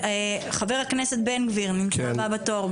חבר הכנסת בן גביר, הבא בתור.